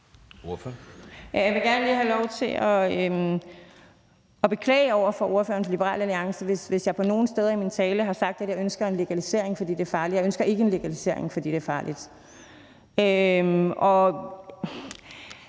Jeg vil gerne lige have lov til at beklage over for ordføreren fra Liberal Alliance, hvis jeg nogen steder i min tale har sagt, at jeg ønsker en legalisering, fordi det er farligt. Fordi det er farligt,